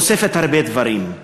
חושפת הרבה דברים,